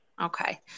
Okay